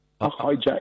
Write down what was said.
hijack